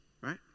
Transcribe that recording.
right